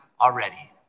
already